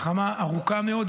מלחמה ארוכה מאוד,